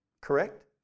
correct